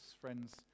Friends